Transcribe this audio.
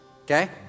Okay